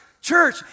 church